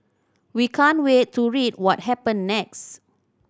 we can't wait to read what happen next